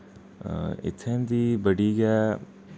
इत्थै दी बड़ी गै